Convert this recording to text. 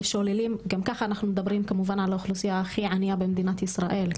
גם ככה אנחנו מדברים כמובן על האוכלוסייה הכי ענייה במדינת ישראל,